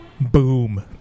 Boom